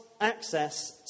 access